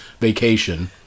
vacation